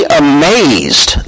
amazed